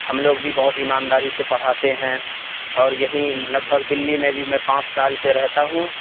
ہم لوگ بھی بہت ایمانداری سے پڑھاتے ہیں اور یہیں لگ بھگ دلی میں بھی میں پانچ سال سے رہتا ہوں